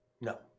No